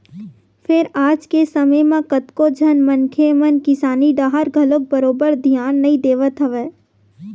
फेर आज के समे म कतको झन मनखे मन किसानी डाहर घलो बरोबर धियान नइ देवत हवय